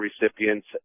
recipients